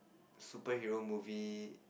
superhero movie